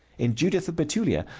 in judith of bethulia,